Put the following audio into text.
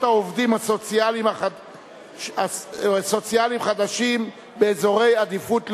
לעובדים סוציאליים חדשים באזורי עדיפות לאומית,